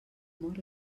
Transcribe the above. mor